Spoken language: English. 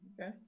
okay